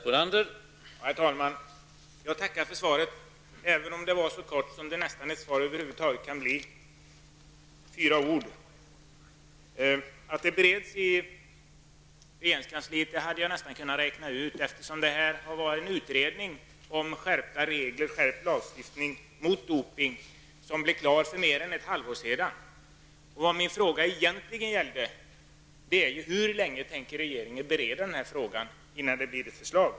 Herr talman! Jag tackar för svaret, även om det var så kort som ett svar kan bli -- sex ord. Jag hade själv kunnat räkna ut att frågan bereds i regeringskansliet. En utredning om skärpt lagstiftning mot doping blev klar för mer än ett halvår sedan. Min fråga gällde egentligen hur länge regeringen tänker bereda denna fråga innan det kommer ett förslag.